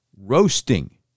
roasting